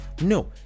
no